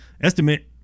estimate